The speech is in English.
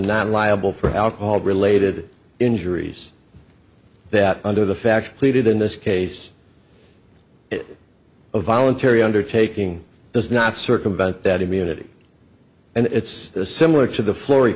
not liable for alcohol related injuries that under the fact pleaded in this case it a voluntary undertaking does not circumvent that immunity and it's similar to the flo